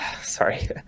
sorry